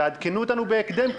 תעדכנו אותנו בהקדם,